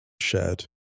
shared